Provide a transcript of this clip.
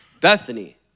Bethany